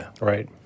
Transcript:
right